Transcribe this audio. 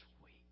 sweet